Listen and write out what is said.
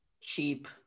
cheap